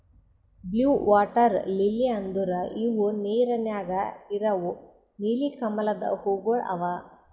blue water lily ಅಂದುರ್ ಇವು ನೀರ ನ್ಯಾಗ ಇರವು ನೀಲಿ ಕಮಲದ ಹೂವುಗೊಳ್ ಅವಾ